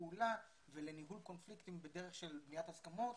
פעולה ולניהול קונפליקטים בדרך של בניית הסכמות